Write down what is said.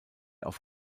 auf